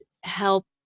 help